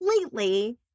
completely